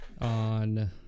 on